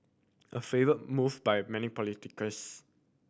a favoured move by many politicians